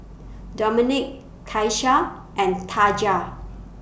Domenic Tyesha and Taja